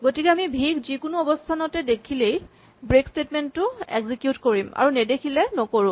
গতিকে আমি ভি ক যিকোনো অৱস্হানতে দেখিলেই ব্ৰেক স্টেটমেন্ট টো এক্সিকিউট কৰিম আৰু নেদেখিলে নকৰো